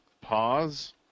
pause